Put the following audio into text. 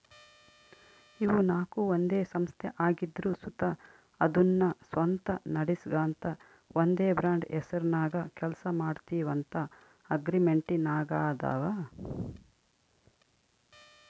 ಇವು ನಾಕು ಒಂದೇ ಸಂಸ್ಥೆ ಆಗಿದ್ರು ಸುತ ಅದುನ್ನ ಸ್ವಂತ ನಡಿಸ್ಗಾಂತ ಒಂದೇ ಬ್ರಾಂಡ್ ಹೆಸರ್ನಾಗ ಕೆಲ್ಸ ಮಾಡ್ತೀವಂತ ಅಗ್ರಿಮೆಂಟಿನಾಗಾದವ